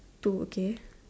two okay